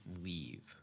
leave